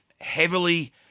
heavily